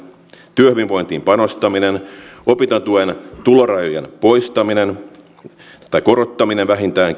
työhyvinvointiin panostaminen opintotuen tulorajojen poistaminen korottaminen